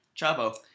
Chavo